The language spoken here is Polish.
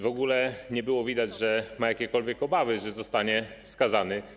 W ogóle nie było widać, że ma jakiekolwiek obawy, że zostanie skazany.